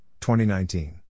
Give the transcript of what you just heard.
2019